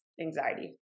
anxiety